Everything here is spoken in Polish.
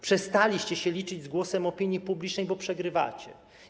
Przestaliście się liczyć z głosem opinii publicznej, bo przegrywacie.